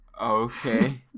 Okay